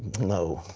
no.